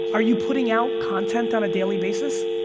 are you putting out content on a daily basis?